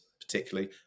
particularly